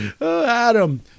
adam